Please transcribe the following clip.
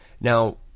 now